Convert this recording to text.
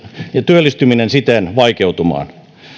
ja työllistyminen siten vaikeutumaan